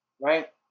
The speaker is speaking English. Right